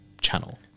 channel